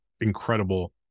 incredible